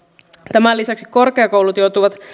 tämän lisäksi korkeakoulut joutuvat